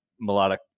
melodic